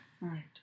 Right